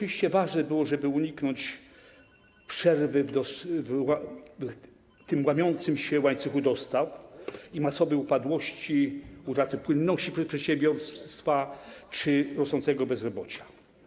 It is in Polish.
Ważne było to, by uniknąć przerwy w łamiącym się łańcuchu dostaw, uniknąć masowej upadłości, utraty płynności przez przedsiębiorstwa czy rosnącego bezrobocia.